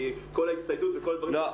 כי כל ההצטיידות --- לא,